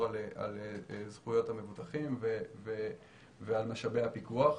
על זכויות המבוטחים ועל משאבי הפיקוח.